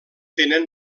tenen